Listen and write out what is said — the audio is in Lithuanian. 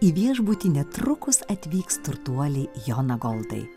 į viešbutį netrukus atvyks turtuoliai jonagoldai